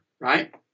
right